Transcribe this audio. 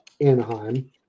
Anaheim